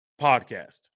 podcast